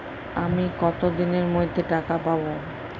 আমি কতদিনের মধ্যে টাকা পাবো?